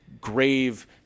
grave